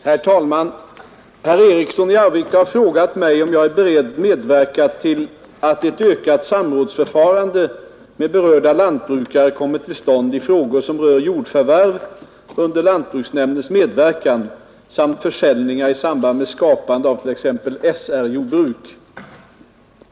Herr talman! Herr Eriksson i Arvika har frågat mig om jag är beredd medverka till att ett ökat samrådsförfarande med berörda lantbrukare kommer till stånd i frågor som rör jord förvärv under lantbruksnämndens medverkan samt försäljningar i samband med skapande av t.ex. SR-jordbruk.